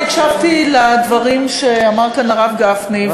אני הקשבתי לדברים שאמר כאן הרב גפני,